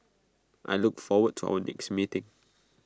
I look forward to our next meeting